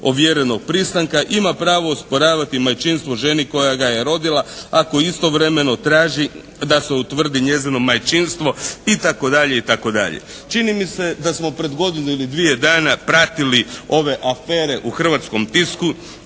ovjerenog pristanka ima pravo osporavati majčinstvo ženi koja ga je rodila ako istovremeno traži da se utvrdi njezino majčinstvo", itd., itd. Čini mi se da smo pred godinu ili dvije dana pratili ove afere u hrvatskom tisku.